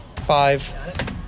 Five